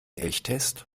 elchtest